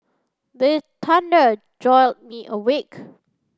the thunder jolt me awake